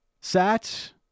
Sat